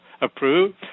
approved